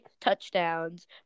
touchdowns